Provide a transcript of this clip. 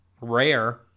rare